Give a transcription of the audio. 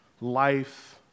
life